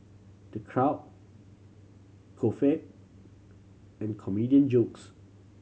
the crowd guffaw and comedian jokes